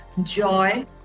joy